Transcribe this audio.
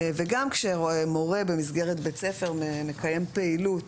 כאשר מורה במסגרת בית ספר מקיים פעילות